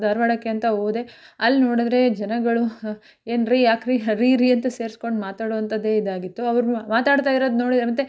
ಧಾರವಾಡಕ್ಕೆ ಅಂತ ಹೋದೆ ಅಲ್ಲಿ ನೋಡಿದರೆ ಜನಗಳು ಏನ್ರೀ ಯಾಕೆ ರೀ ರೀ ರೀ ಅಂತ ಸೇರ್ಸ್ಕೊಂಡು ಮಾತಾಡೋಂಥದ್ದೇ ಇದಾಗಿತ್ತು ಅವರು ಮಾತಾಡ್ತಾಯಿರೋದು ನೋಡಿದರೆ ಮತ್ತು